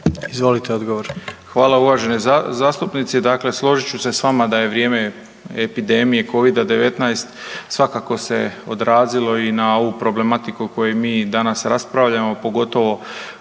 Ivan (HDZ)** Hvala uvaženi zastupnice. Dakle složit ću se s vama da je vrijeme epidemije Covida-19, svakako se odrazilo i na ovu problematiku koju mi danas raspravljamo, pogotovo